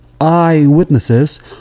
eyewitnesses